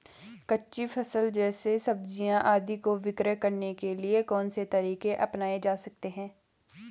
कच्ची फसल जैसे सब्जियाँ आदि को विक्रय करने के लिये कौन से तरीके अपनायें जा सकते हैं?